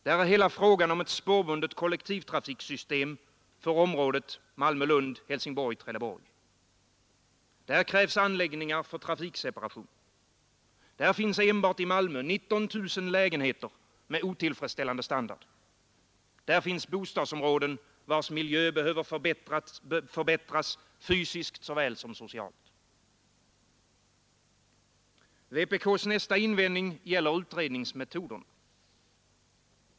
Där är hela frågan om ett spårbundet kollektivtrafiksystem för området Malmö, Lund, Helsingborg och Trelleborg. Där krävs anläggningar för trafikseparation. Där finns enbart i Malmö 19 000 lägenheter med otillfredsställande standard. Där finns bostadsområden, vars miljö behöver förbättras fysiskt såväl som socialt. Vpk:s nästa invändning gäller utredningsmetoderna.